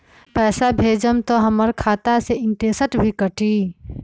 पैसा भेजम त हमर खाता से इनटेशट भी कटी?